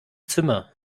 zimmer